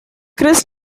chris